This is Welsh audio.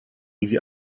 iddi